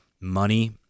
money